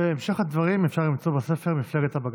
ואת המשך הדברים אפשר למצוא בספר "מפלגת הבג"ץ".